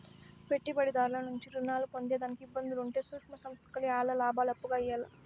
పెట్టుబడిదారుల నుంచి రుణాలు పొందేదానికి ఇబ్బందులు ఉంటే సూక్ష్మ సంస్థల్కి ఆల్ల లాబాలు అప్పుగా ఇయ్యాల్ల